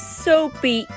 soapy